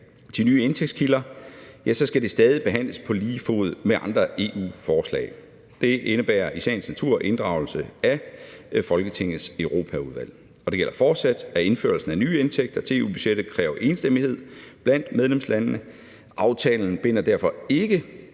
til nye indtægtskilder, skal det stadig behandles på lige fod med andre EU-forslag. Det indebærer i sagens natur inddragelse af Folketingets Europaudvalg. Det gælder fortsat, at indførelsen af nye indtægter til EU-budgettet kræver enstemmighed blandt medlemslandene. Aftalen binder derfor ikke